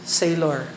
sailor